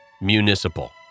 Municipal